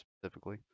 specifically